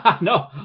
No